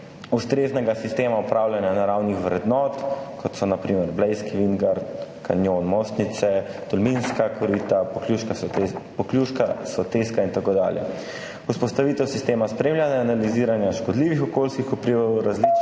ustreznega sistema upravljanja naravnih vrednot, kot so na primer Blejski vintgar, kanjon Mostnice, Tolminska korita, Pokljuška soteska in tako dalje, vzpostavitev sistema spremljanja, analiziranja škodljivih okoljskih vplivov različnih